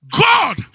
God